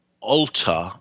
alter